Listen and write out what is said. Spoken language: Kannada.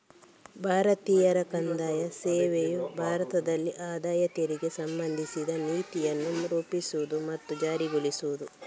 ಭಾರತೀಯ ಕಂದಾಯ ಸೇವೆಯು ಭಾರತದಲ್ಲಿ ಆದಾಯ ತೆರಿಗೆಗೆ ಸಂಬಂಧಿಸಿದ ನೀತಿಯನ್ನು ರೂಪಿಸುವುದು ಮತ್ತು ಜಾರಿಗೊಳಿಸುವುದು